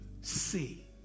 see